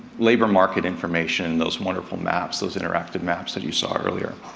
labor market information, those wonderful maps, those interactive maps that you saw earlier.